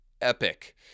epic